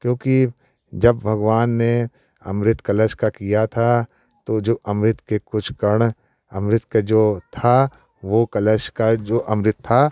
क्योंकि जब भगवान ने अमृत कलश का किया था तो जो अमृत के कुछ कण अमृत के जो था वो कलश का जो अमृत था